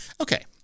Okay